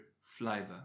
flavor